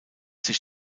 sich